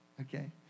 Okay